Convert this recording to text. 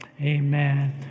amen